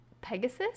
Pegasus